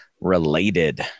related